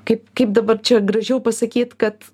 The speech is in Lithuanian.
kaip kaip dabar čia gražiau pasakyt kad